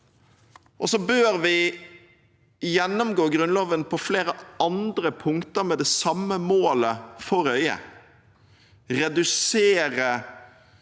dag. Så bør vi gjennomgå Grunnloven på flere andre punkter med det samme målet for øye: å redusere